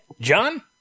John